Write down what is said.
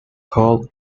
called